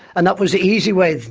and that was the easy way.